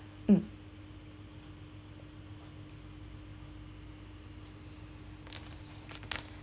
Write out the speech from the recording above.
mm